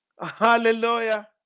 hallelujah